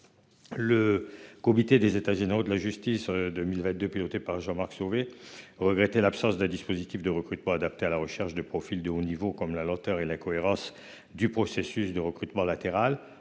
Le comité des états généraux de la justice 2022 piloté par Jean-Marc Sauvé regretter l'absence de dispositif de recrutement adapté à la recherche de profils de haut niveau comme la lenteur et la cohérence du processus de recrutement latéral.